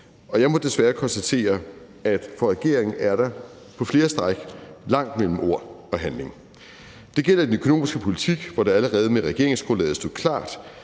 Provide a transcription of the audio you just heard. Og jeg må desværre konstatere, at for regeringen er der på flere stræk langt mellem ord og handling. Det gælder den økonomiske politik, hvor det allerede med regeringsgrundlaget stod klart,